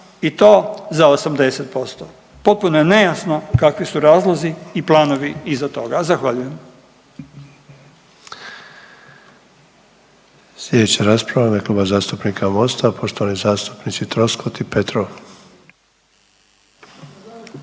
i to za 80%. Potpuno je nejasno kakvi su razlozi i planovi iza toga. Zahvaljujem.